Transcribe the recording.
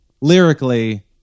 lyrically